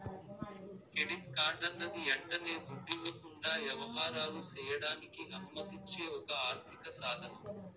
credit కార్డన్నది యంటనే దుడ్డివ్వకుండా యవహారాలు సెయ్యడానికి అనుమతిచ్చే ఒక ఆర్థిక సాదనం